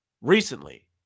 recently